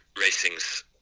racing's